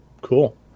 Cool